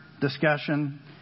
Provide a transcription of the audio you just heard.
discussion